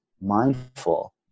mindful